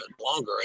longer